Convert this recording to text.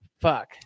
Fuck